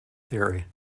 theory